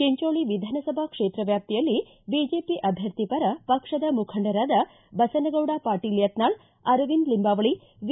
ಚಿಂಚೋಳಿ ವಿಧಾನಸಭಾ ಕ್ಷೇತ್ರ ವ್ಯಾಪ್ತಿಯಲ್ಲಿ ಬಿಜೆಪಿ ಅಭ್ಯರ್ಥಿ ಪರ ಪಕ್ಷದ ಮುಖಂಡರಾದ ಬಸನಗೌಡ ಪಾಟೀಲ್ ಯತ್ನಾಳ್ ಅರವಿಂದ ಲಿಂಬಾವಳಿ ವಿ